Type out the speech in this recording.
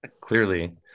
Clearly